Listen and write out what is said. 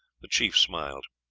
the chief smiled.